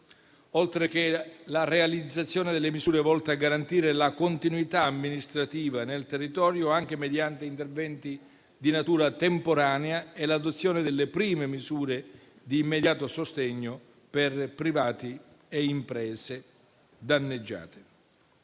oltre che la realizzazione delle misure volte a garantire la continuità amministrativa nel territorio anche mediante interventi di natura temporanea e l'adozione delle prime misure di immediato sostegno per privati e imprese danneggiati.